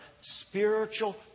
spiritual